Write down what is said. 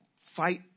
fight